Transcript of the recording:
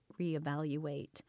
reevaluate